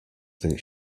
think